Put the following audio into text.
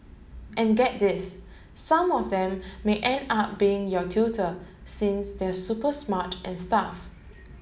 and get this some of them may end up being your tutor since they're super smart and stuff